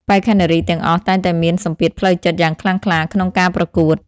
បេក្ខនារីទាំងអស់តែងតែមានសម្ពាធផ្លូវចិត្តយ៉ាងខ្លាំងក្លាក្នុងការប្រកួត។